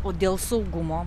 o dėl saugumo